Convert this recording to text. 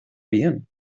bien